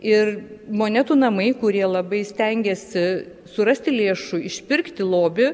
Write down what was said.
ir monetų namai kurie labai stengėsi surasti lėšų išpirkti lobį